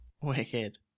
Wicked